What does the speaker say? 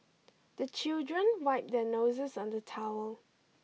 the children wipe their noses on the towel